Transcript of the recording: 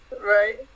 Right